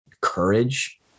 courage